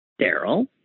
Daryl